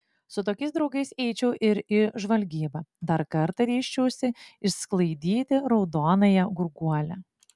su tokiais draugais eičiau ir į žvalgybą dar kartą ryžčiausi išsklaidyti raudonąją gurguolę